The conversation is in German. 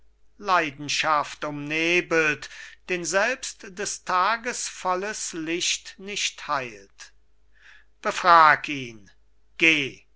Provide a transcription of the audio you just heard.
leidenschaft umnebelt den selbst des tages volles licht nicht heilt befrag ihn geh